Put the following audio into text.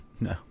no